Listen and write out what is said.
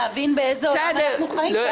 תבין באיזה עולם אנחנו חיים.